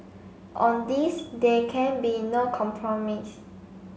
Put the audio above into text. on this there can be no compromise